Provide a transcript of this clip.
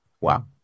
wow